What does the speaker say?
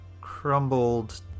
crumbled